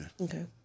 Okay